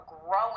growing